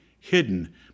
Hidden